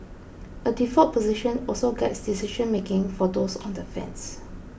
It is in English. a default position also guides decision making for those on the fence